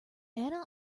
anna